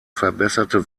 verbesserte